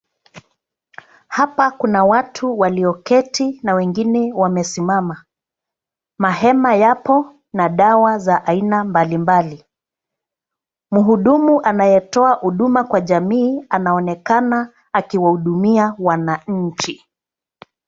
Hapa kuna watu walioketi na wengine wamesimama .Mahema yapo na dawa za aina mbalimbali. Mhudumu anayetoa huduma kwa jamii anaonekana akiwahudumia wananchi